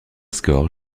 score